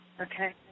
Okay